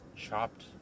chopped